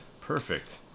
perfect